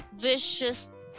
vicious